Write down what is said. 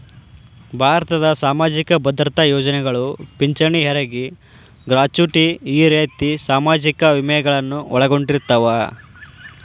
ಭಾರತದ್ ಸಾಮಾಜಿಕ ಭದ್ರತಾ ಯೋಜನೆಗಳು ಪಿಂಚಣಿ ಹೆರಗಿ ಗ್ರಾಚುಟಿ ಈ ರೇತಿ ಸಾಮಾಜಿಕ ವಿಮೆಗಳನ್ನು ಒಳಗೊಂಡಿರ್ತವ